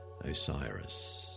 Osiris